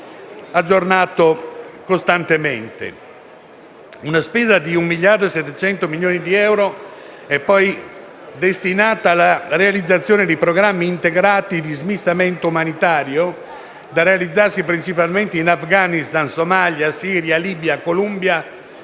Una spesa di 1,7 miliardi di euro è poi destinata alla realizzazione di programmi integrati di sminamento umanitario, da realizzarsi principalmente in Afghanistan, Somalia, Siria, Libia, Colombia,